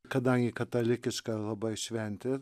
kadangi katalikiška labai šventė